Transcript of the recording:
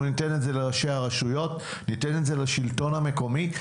אנחנו ניתן את זה לראשי הרשויות ולשלטון המקומי.